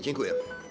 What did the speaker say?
Dziękuję.